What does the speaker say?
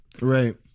Right